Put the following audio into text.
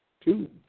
two